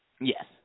Yes